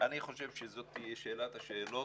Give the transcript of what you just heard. אני חושב שזאת תהיה שאלת השאלות.